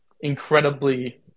incredibly